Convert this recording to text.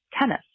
tennis